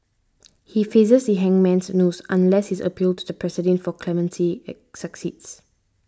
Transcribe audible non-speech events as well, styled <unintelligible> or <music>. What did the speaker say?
he faces the hangman's noose unless his appeal to the President for clemency <unintelligible> succeeds